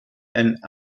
and